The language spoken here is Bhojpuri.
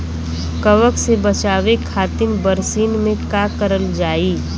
कवक से बचावे खातिन बरसीन मे का करल जाई?